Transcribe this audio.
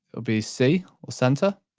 it'll be c, or centre,